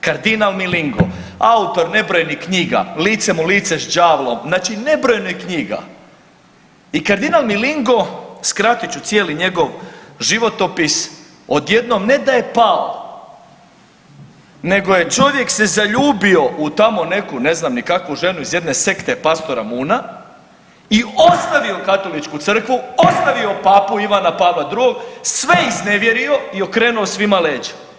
Kardinal Milingo, autor nebrojenih knjiga, licem u lice s đavlom, znači nebrojeno knjiga i kardinal Milingo, skratit ću cijeli njegov životopis, odjednom ne da je pao nego je čovjek se zaljubio u tamo neku ne znam ni kakvu ženu iz jedne sekte pastora Moon-a i ostavio katoličku crkvu, ostavio papu Ivana Pavla II, sve iznevjerio i okrenuo svima leđa.